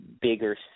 bigger